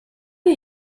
you